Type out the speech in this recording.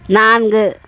நான்கு